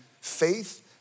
faith